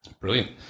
Brilliant